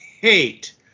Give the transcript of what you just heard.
hate